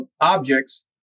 objects